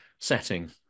setting